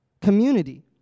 community